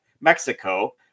Mexico